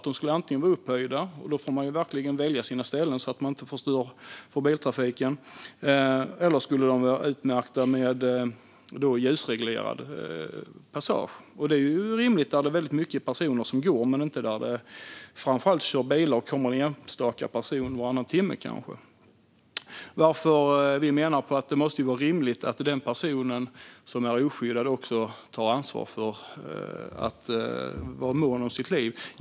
De skulle antingen vara upphöjda - och då får man verkligen välja sina ställen så att man inte förstör för biltrafiken - eller vara utmärkta som ljusreglerade passager. Detta är ju rimligt där det är väldigt många personer som går men inte där det framför allt kör bilar och där det kommer enstaka personer varannan timme. Därför menar vi att det måste vara rimligt att den person som är oskyddad också tar ansvar för att vara mån om sitt liv.